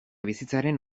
bizitzaren